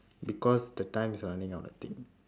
because the time is running out I think